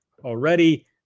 Already